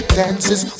dances